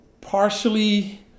partially